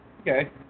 Okay